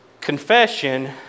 Confession